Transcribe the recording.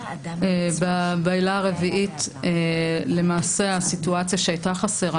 בעילה הרביעית למעשה הסיטואציה שהייתה חסרה